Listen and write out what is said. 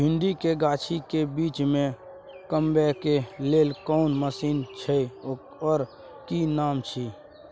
भिंडी के गाछी के बीच में कमबै के लेल कोन मसीन छै ओकर कि नाम छी?